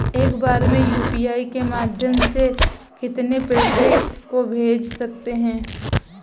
एक बार में यू.पी.आई के माध्यम से कितने पैसे को भेज सकते हैं?